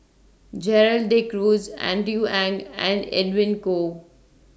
Gerald De Cruz Andrew Ang and Edwin Koo